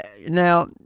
Now